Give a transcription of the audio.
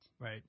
Right